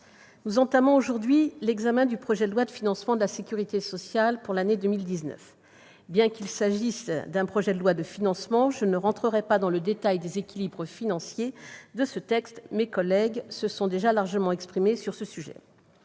nous entamons l'examen du projet de loi de financement de la sécurité sociale pour 2019. Bien qu'il s'agisse d'un projet de loi de financement, je n'entrerai pas dans le détail des équilibres financiers ; mes collègues se sont déjà largement exprimés à ce sujet.